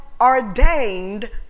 ordained